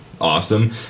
awesome